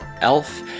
elf